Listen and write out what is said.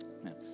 Amen